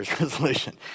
resolution